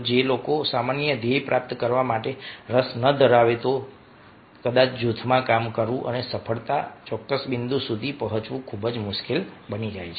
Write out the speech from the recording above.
જો લોકો સામાન્ય ધ્યેય પ્રાપ્ત કરવા માટે રસ ન દાખવે તો કદાચ જૂથમાં કામ કરવું અને સફળતાના ચોક્કસ બિંદુ સુધી પહોંચવું ખૂબ મુશ્કેલ બની જાય છે